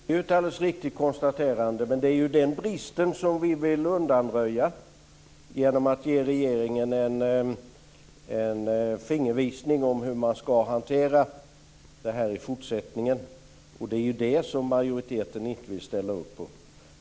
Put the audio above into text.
Herr talman! Det är ett alldeles riktigt konstaterande. Men det är den bristen vi vill undanröja genom att ge regeringen en fingervisning om hur man ska hantera det här i fortsättningen, och det vill majoriteten inte ställa upp på.